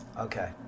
okay